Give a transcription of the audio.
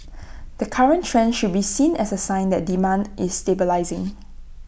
the current trend should be seen as A sign that demand is stabilising